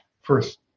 first